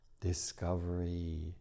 discovery